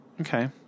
Okay